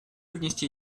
внести